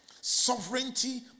sovereignty